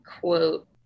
quote